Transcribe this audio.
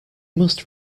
must